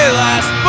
last